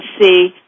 see